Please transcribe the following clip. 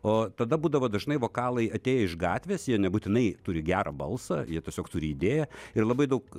o tada būdavo dažnai vokalai atėję iš gatvės jie nebūtinai turi gerą balsą jie tiesiog turi idėją ir labai daug